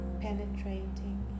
penetrating